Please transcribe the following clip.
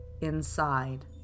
inside